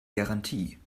garantie